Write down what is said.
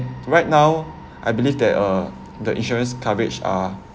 right now I believe that uh the insurance coverage are